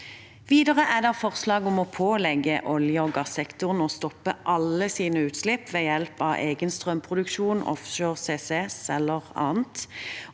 Videre er det et forslag om å pålegge olje- og gassektoren å stoppe alle sine utslipp ved hjelp av egen strømproduksjon offshore, CCS eller annet.